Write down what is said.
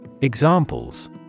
Examples